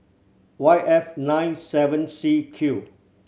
Y F nine seven C Q